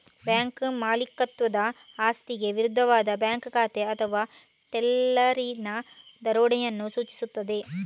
bank ಮಾಲೀಕತ್ವದ ಆಸ್ತಿಗೆ ವಿರುದ್ಧವಾಗಿ ಬ್ಯಾಂಕ್ ಶಾಖೆ ಅಥವಾ ಟೆಲ್ಲರಿನ ದರೋಡೆಯನ್ನು ಸೂಚಿಸುತ್ತದೆ